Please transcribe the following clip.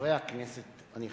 חברי הכנסת הנכבדים,